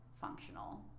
functional